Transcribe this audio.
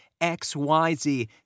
XYZ